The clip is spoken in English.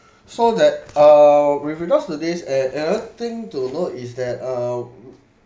so that err with regards to this and another thing to note is that uh